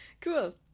Cool